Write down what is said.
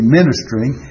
ministering